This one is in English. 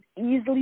easily